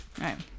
right